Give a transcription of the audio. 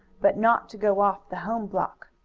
but not to go off the home block.